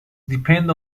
depend